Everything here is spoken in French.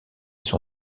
son